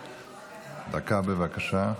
דקה, בבקשה.